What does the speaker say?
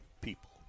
people